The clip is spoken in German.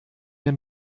mir